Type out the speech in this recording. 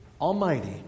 almighty